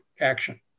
action